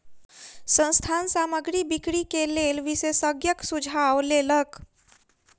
संस्थान सामग्री बिक्री के लेल विशेषज्ञक सुझाव लेलक